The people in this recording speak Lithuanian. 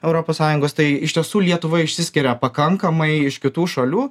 europos sąjungos tai iš tiesų lietuva išsiskiria pakankamai iš kitų šalių